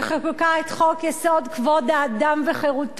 שחוקקה את חוק-יסוד: כבוד האדם וחירותו,